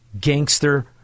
gangster